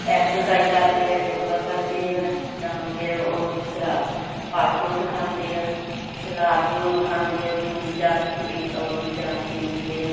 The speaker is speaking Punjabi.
ਐਕਸਰਸਾਈਜ਼ ਕਰਦੇ ਆ ਯੋਗਾ ਕਰਦੇ ਆ ਤਾਂ ਫਿਰ ਉਹ ਦੂਸਰਾ ਫਲ ਫਰੂਟ ਖਾਂਦੇ ਆ ਸਲਾਦ ਸਲੂਦ ਖਾਂਦੇ ਆ ਜੂਸ ਜਾਸ ਪੀ ਓ ਦੂਜਾ ਪੀ ਲੈਂਦੇ ਆ